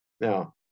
Now